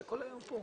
אתה כל היום פה.